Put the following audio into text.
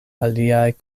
aliaj